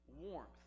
warmth